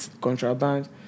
contraband